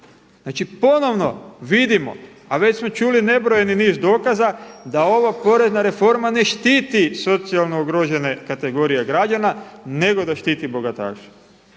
Znači ponovno vidimo a već smo čuli nebrojeni niz dokaza da ova porezna refoma ne štiti socijalno ugrožene kategorije građana nego da štiti bogataše.